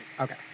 okay